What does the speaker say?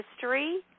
history